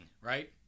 right